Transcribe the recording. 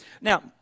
Now